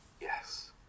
Yes